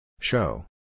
Show